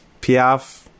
piaf